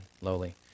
lowly